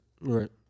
Right